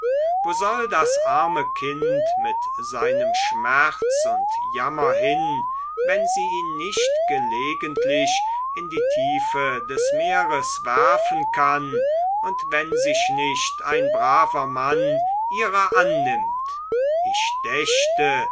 wo soll das arme kind mit seinem schmerz und jammer hin wenn sie ihn nicht gelegentlich in die tiefe des meeres werfen kann und wenn sich nicht ein braver mann ihrer annimmt ich